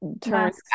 turns